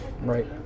Right